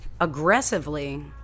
aggressively